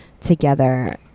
together